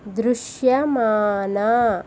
దృశ్యమాన